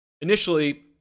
initially